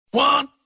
One